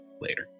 later